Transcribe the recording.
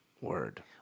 Word